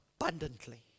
abundantly